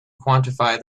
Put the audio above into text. quantify